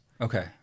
Okay